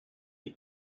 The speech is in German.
die